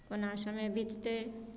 कोना समय बिततै